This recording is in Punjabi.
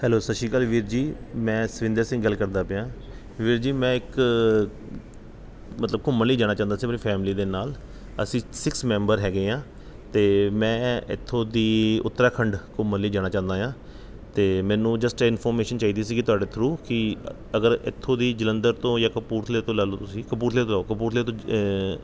ਹੈਲੋ ਸਤਿ ਸ਼੍ਰੀ ਅਕਾਲ ਵੀਰ ਜੀ ਮੈਂ ਸੁਰਿੰਦਰ ਸਿੰਘ ਗੱਲ ਕਰਦਾ ਪਿਆ ਵੀਰ ਜੀ ਮੈਂ ਇੱਕ ਮਤਲਬ ਘੁੰਮਣ ਲਈ ਜਾਣਾ ਚਾਹੁੰਦਾ ਸੀ ਮੇਰੀ ਫੈਮਲੀ ਦੇ ਨਾਲ ਅਸੀਂ ਸਿਕਸ ਮੈਂਬਰ ਹੈਗੇ ਐਂ ਅਤੇ ਮੈਂ ਇੱਥੋਂ ਦੀ ਉੱਤਰਾਖੰਡ ਘੁੰਮਣ ਲਈ ਜਾਣਾ ਚਾਹੁੰਦਾ ਹਾਂ ਅਤੇ ਮੈਨੂੰ ਜਸਟ ਇੰਨਫੋਰਮੈਸ਼ਨ ਚਾਹੀਦੀ ਸੀਗੀ ਤੁਹਾਡੇ ਥਰੂ ਕਿ ਅਗਰ ਇੱਥੋਂ ਦੀ ਜਲੰਧਰ ਤੋਂ ਜਾਂ ਕਪੂਰਥਲੇ ਤੋਂ ਲੈ ਲਉ ਤੁਸੀਂ ਕਪੂਰਥਲੇ ਤੋਂ ਲਓ ਕਪੂਰਥਲੇ ਤੋਂ